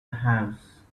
house